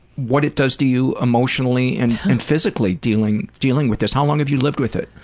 what it does to you emotionally and and physically, dealing dealing with this. how long have you lived with it?